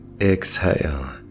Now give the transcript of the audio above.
exhale